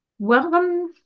Welcome